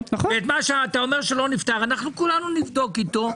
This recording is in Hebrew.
ואת מה שאתה אומר שלא נפתר נבדוק איתו,